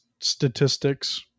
statistics